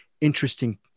interesting